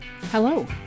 Hello